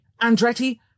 Andretti